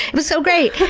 it was so great!